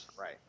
right